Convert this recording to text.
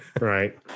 right